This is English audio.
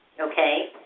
okay